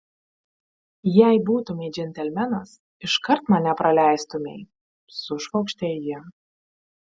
jei būtumei džentelmenas iškart mane praleistumei sušvokštė ji